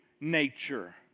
nature